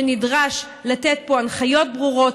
שנדרש לתת פה הנחיות ברורות,